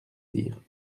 dire